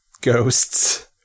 ghosts